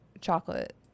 chocolate